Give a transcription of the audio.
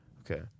Okay